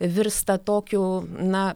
virsta tokiu na